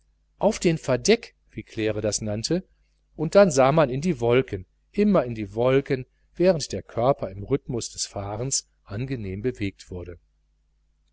auf den verdeck wie claire das nannte und dann sah man in die wolken immer in die wolken während der körper im rhythmus des fahrens angenehm bewegt wurde